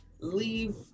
leave